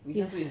yes